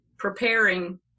preparing